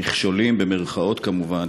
"מכשולים" במירכאות כמובן,